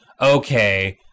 okay